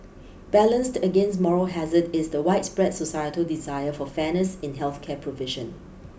balanced against moral hazard is the widespread societal desire for fairness in health care provision